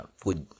food